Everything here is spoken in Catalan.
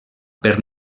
per